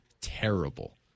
terrible